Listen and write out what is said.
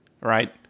right